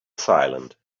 silent